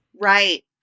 Right